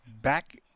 back